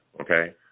okay